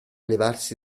levarsi